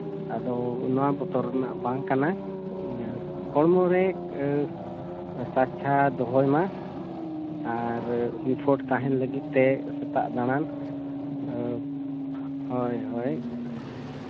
ᱟᱫᱚ ᱱᱚᱣᱟ ᱵᱚᱛᱚᱨ ᱨᱮᱱᱟᱜ ᱵᱟᱝ ᱠᱟᱱᱟ ᱦᱚᱢᱚ ᱨᱮ ᱥᱟᱪᱪᱷᱟ ᱫᱚᱦᱚᱭ ᱢᱟ ᱟᱨ ᱱᱤᱯᱷᱩᱴ ᱛᱟᱦᱮᱱ ᱞᱟᱹᱜᱤᱫ ᱛᱮ ᱥᱮᱛᱟᱜ ᱫᱟᱬᱟᱱ ᱦᱳᱭ ᱦᱳᱭ